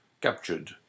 captured